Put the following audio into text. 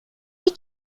هیچ